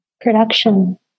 production